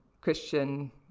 Christian